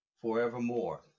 forevermore